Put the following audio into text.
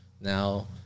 now